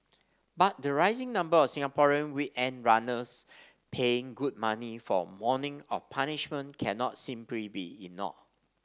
but the rising number of Singaporean weekend runners paying good money for morning of punishment cannot simply be ignored